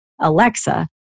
Alexa